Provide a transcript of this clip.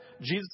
Jesus